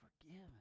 forgiven